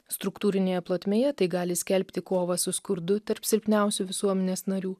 struktūrinėje plotmėje tai gali skelbti kovą su skurdu tarp silpniausių visuomenės narių